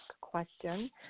question